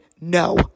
No